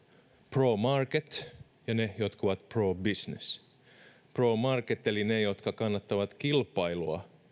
pro market ja ne jotka ovat pro business pro market eli ne jotka kannattavat kilpailua